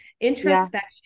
introspection